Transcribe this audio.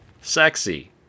sexy